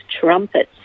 trumpets